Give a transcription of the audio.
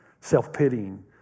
self-pitying